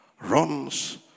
runs